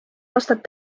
aastat